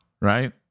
Right